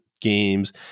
games